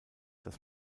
dass